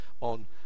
on